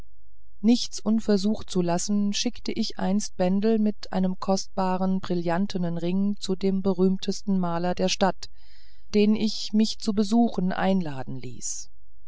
nichts unversucht zu lassen schickt ich einst bendel mit einem kostbaren brillantenen ring zu dem berühmtesten maler der stadt den ich mich zu besuchen einladen ließ